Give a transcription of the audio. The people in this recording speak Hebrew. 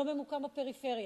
לא ממוקם בפריפריה.